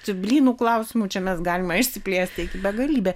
su blynų klausimu čia mes galime išsiplėsti iki begalybės